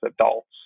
adults